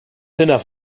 enough